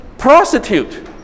Prostitute